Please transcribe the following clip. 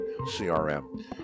CRM